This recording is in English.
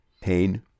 pain